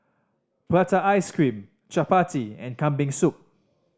prata ice cream chappati and Kambing Soup